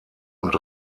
und